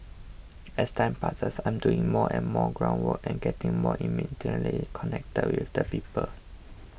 as time passes I'm doing more and more ground work and getting more intimately connected with the people